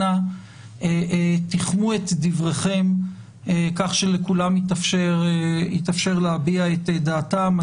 אנא תחמו את דבריכם כך שלכולם יתאפשר להביע את דעתם.